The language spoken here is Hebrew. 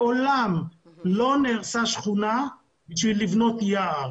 מעולם לא נהרסה שכונה כדי לבנות יער.